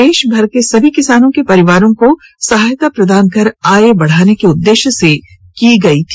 देश भर के सभी किसानों के परिवारों को सहायता प्रदान कर आय बढ़ाने के उद्देश्य से की गई थी